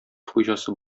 хуҗасы